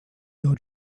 your